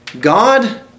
God